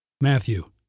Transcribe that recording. Matthew